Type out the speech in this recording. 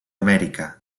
amèrica